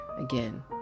again